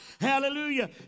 hallelujah